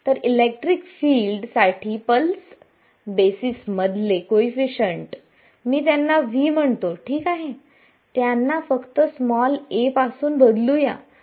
तरइलेक्ट्रिक field साठी pulse बेसिसमधले coefficient मी त्यांना v म्हणतो ठीक आहे यांना फक्त स्मॉल a पासून बदलू या